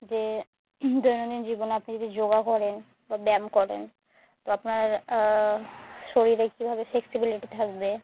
যে দৈনন্দিন জীবনে আপনি যদি যোগা করেন বা ব্যায়াম করেন তো আপনার শরীরে কীভাবে ফ্লেক্সিবিলিটি থাকবে